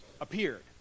appeared